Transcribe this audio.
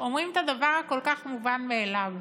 אומרים את הדבר הכל-כך מובן מאליו: